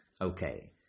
Okay